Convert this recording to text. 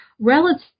relative